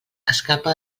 escapa